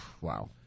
Wow